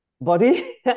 body